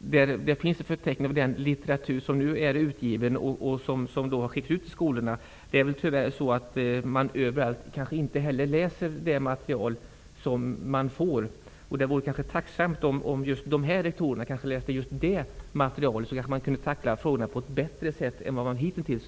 med en förteckning över den litteratur som nu finns utgiven. Det är väl tyvärr så att allt material som skickas ut inte blir läst överallt. Det vore annars tacksamt om de aktuella rektorerna läste just detta material, så att frågorna kunde tacklas på ett bättre sätt än hittills.